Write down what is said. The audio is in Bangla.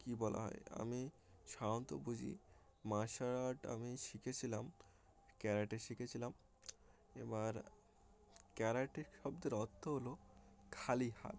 কী বলা হয় আমি সাধারণত বুঝি মার্শাল আর্ট আমি শিখেছিলাম ক্যারেটে শিখেছিলাম এবার ক্যারাটের শব্দের অর্থ হলো খালি হাত